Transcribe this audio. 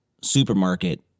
supermarket